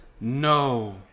No